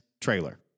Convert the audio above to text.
trailer